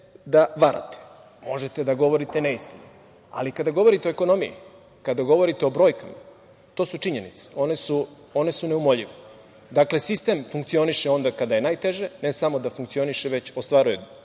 da varate, možete da govorite neistinu, ali kada govorite o ekonomiji, kada govorite o brojkama, to su činjenice, one su neumoljive. Dakle, sistem funkcioniše onda kada je najteže, ne samo da funkcioniše, već ostvaruje